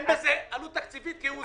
איך אתם עושים תיאומי מס?